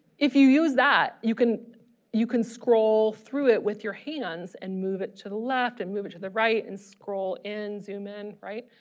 if you use that you can you can scroll through it with your hands and move it to the left and move it to the right and scroll in zoom in right.